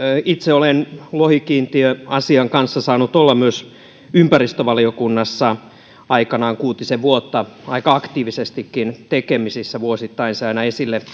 itse olen lohikiintiöasian kanssa saanut olla myös ympäristövaliokunnassa aikanaan kuutisen vuotta aika aktiivisestikin tekemisissä vuosittain se aina esille